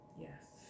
Yes